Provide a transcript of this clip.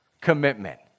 commitment